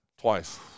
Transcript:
twice